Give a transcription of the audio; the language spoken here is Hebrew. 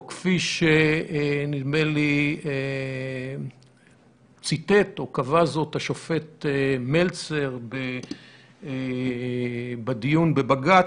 או כפי שנדמה לי ציטט או קבע זאת השופט מלצר בדיון בבג"ץ: